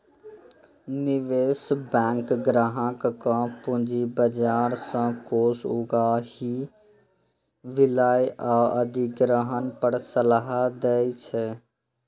निवेश बैंक ग्राहक कें पूंजी बाजार सं कोष उगाही, विलय आ अधिग्रहण पर सलाह दै छै